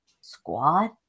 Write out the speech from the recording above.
squad